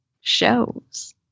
shows